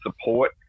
support